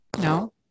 no